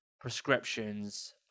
prescriptions